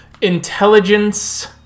intelligence